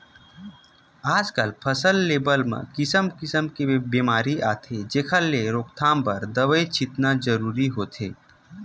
आजकल फसल लेवब म किसम किसम के बेमारी आथे जेखर रोकथाम बर दवई छितना जरूरी होथे